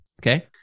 Okay